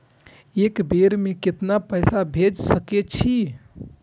एक बेर में केतना पैसा भेज सके छी?